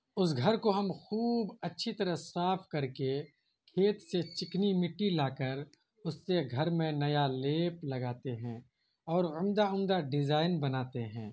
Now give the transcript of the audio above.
اس گھر کو ہم خوب اچھی طرح صاف کر کے کھیت سے چکنی مٹی لا کر اس سے گھر میں نیا لیپ لگاتے ہیں اور عمدہ عمدہ ڈیزائن بناتے ہیں